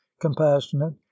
compassionate